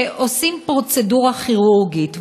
שעושים פרוצדורה כירורגית.